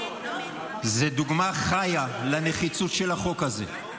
זו דוגמה חיה לנחיצות של החוק הזה.